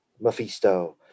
Mephisto